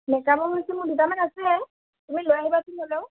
make আপৰ বস্তু মোৰ দুটামান আছে তুমি লৈ আহিবাচোন হ'লেও